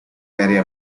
maria